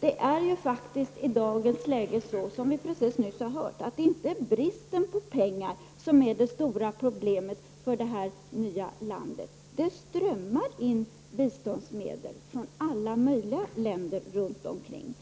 Det är faktiskt i dagens läge så, som vi nyss hörde, att det inte är bristen på pengar som är det stora problemet för det här nya landet. Det strömmar in biståndsmedel från alla möjliga länder runt omkring.